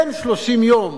בין 30 יום